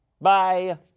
Bye